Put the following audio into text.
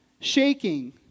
shaking